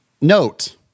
note